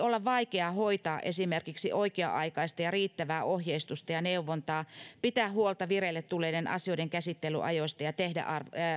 olla vaikea hoitaa esimerkiksi oikea aikaista ja riittävää ohjeistusta ja neuvontaa pitää huolta vireille tulleiden asioiden käsittelyajoista ja tehdä